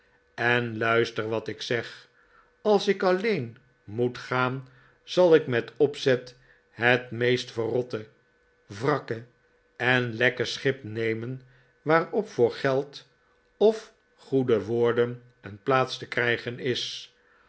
en blister wat ik zeg als ik alleen moet gaan zal ik met opzet het meest verrotte wrakke en lekke schip nemen waarop voor geld of goede woorden een plaats te krijgen is